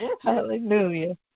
Hallelujah